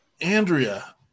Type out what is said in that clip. Andrea